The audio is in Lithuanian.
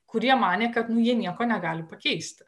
kurie manė kad nu jie nieko negali pakeisti